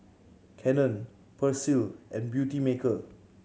Canon Persil and Beautymaker